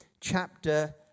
chapter